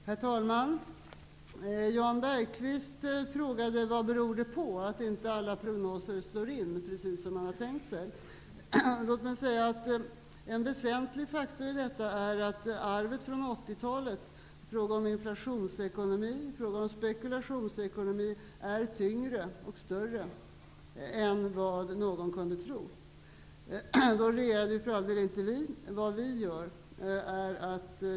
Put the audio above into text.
Herr talman! Jan Bergqvist frågade vad det beror på att inte alla prognoser slår in precis som man har tänkt sig. Låt mig säga att en väsentlig faktor är att arvet från 80-talet i fråga om inflationsekonomi och spekulationsekonomi är tyngre och större än vad någon kunde tro. Då regerade för all del inte vi.